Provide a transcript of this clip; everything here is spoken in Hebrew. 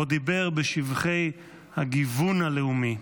שבו דיבר בשבחי הגיוון הלאומי: